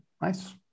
Nice